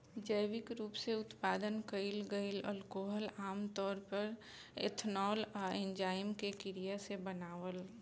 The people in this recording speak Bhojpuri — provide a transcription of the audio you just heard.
जैविक रूप से उत्पादन कईल गईल अल्कोहल आमतौर पर एथनॉल आ एन्जाइम के क्रिया से बनावल